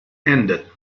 ended